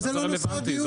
אבל זה לא נושא הדיון.